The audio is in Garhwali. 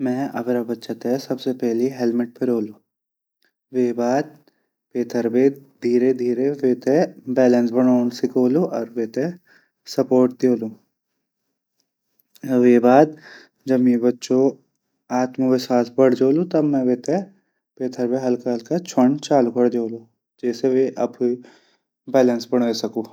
मैं अपरा बच्चा ते सबसे पहली हेलमेट पेरोलु अर वेगा बाद पेंथर बे धीरे-धीरे वेते बैलेंस बडोद सीखोलू अर वेते सपोर्ट दयोलू अर वेगा बाद जब मेरा बच्चो आत्मविश्वास बढ़ जोलु तब मैं वेते पेंथर बे हल्काहल्का छोंड चालू कर दयोलू जैसे उ अप्रु बैलेंस बड़े सकू।